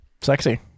sexy